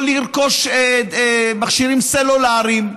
לא לרכוש מכשירים סלולריים,